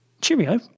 Cheerio